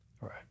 Right